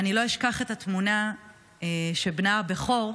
ואני לא אשכח את התמונה של בנה הבכור,